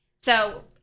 So-